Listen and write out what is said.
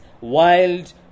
wild